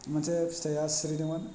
मोनसे फिथाइआ सिरिदोंमोन